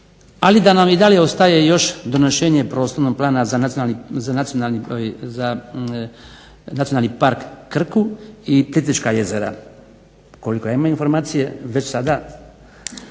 ali da nam i dalje ostaje još donošenje Prostornog plana za Nacionalni park Krku i Plitvička jezera. Koliko ja imam informacije već sada